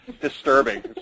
disturbing